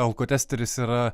alkotesteris yra